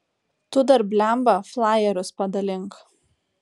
tu dar blemba flajerius padalink